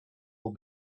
will